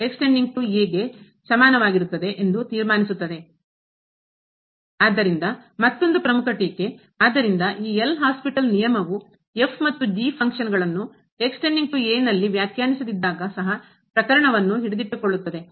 ತೀರ್ಮಾನಿಸುತ್ತದೆ ಆದ್ದರಿಂದ ಮತ್ತೊಂದು ಪ್ರಮುಖ ಟೀಕೆ ಆದ್ದರಿಂದ ಈ ಎಲ್ ಹಾಸ್ಪಿಟಲ್ ನಿಯಮವು ಮತ್ತು ಫಂಕ್ಷನ್ ಕಾರ್ಯಗಳನ್ನು ನಲ್ಲಿ ವ್ಯಾಖ್ಯಾನಿಸದಿದ್ದಾಗ ಸಹ ಪ್ರಕರಣವನ್ನು ಹಿಡಿದಿಟ್ಟುಕೊಳ್ಳುತ್ತದೆ